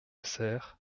serres